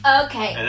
okay